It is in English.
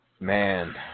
Man